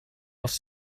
els